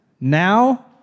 now